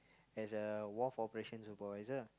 as a wharf operation supervisor ah